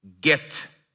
get